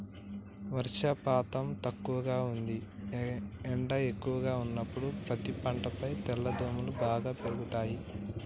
వర్షపాతం తక్కువగా ఉంది ఎండ ఎక్కువగా ఉన్నప్పుడు పత్తి పంటపై తెల్లదోమలు బాగా పెరుగుతయి